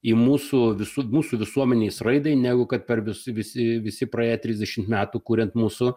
į mūsų visų mūsų visuomenės raidai negu kad per visi visi visi praėję trisdešimt metų kuriant mūsų